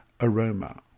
aroma